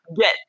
get